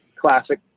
Classic